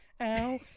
ow